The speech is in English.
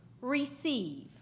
Receive